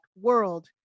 world